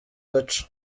gace